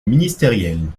ministériels